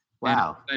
Wow